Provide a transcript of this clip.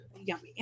Yummy